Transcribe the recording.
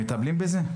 מטפלים בזה?